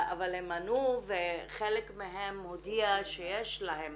אבל הם ענו וחלק מהם הודיע שיש להם